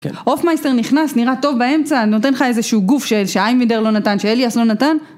אוף מייסטר נכנס, נראה טוב באמצע, נותן לך איזשהו גוף שאיימדר לא נתן, שאליאס לא נתן.